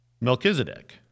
Melchizedek